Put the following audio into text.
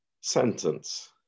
sentence